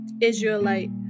Israelite